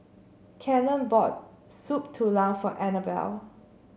Cannon bought Soup Tulang for Annabelle